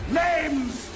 names